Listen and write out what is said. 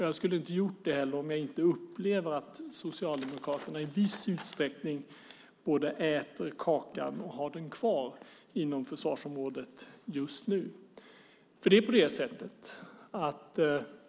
Jag skulle inte heller göra det om jag inte upplevde att Socialdemokraterna i viss utsträckning både äter kakan och har den kvar inom försvarsområdet just nu.